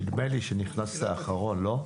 נדמה לי שנכנסת אחרון לא?